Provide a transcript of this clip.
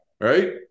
Right